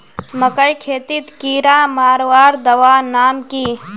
मकई खेतीत कीड़ा मारवार दवा नाम की?